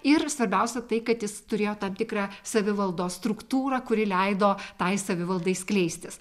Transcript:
ir svarbiausia tai kad jis turėjo tam tikrą savivaldos struktūrą kuri leido tai savivaldai skleistis